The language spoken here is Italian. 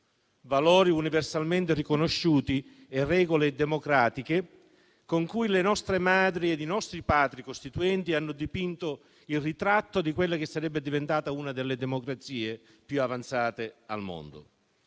valori universalmente riconosciuti e regole democratiche con cui le nostre Madri e i nostri Padri costituenti hanno dipinto il ritratto di quella che sarebbe diventata una delle democrazie più avanzate al mondo.